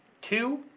two